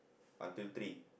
until three